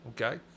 okay